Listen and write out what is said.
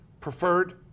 preferred